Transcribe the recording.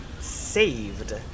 saved